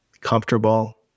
Comfortable